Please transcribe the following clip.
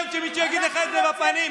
הגיע הזמן שמישהו יגיד לך את זה בפנים: